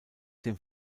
dem